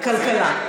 כלכלה.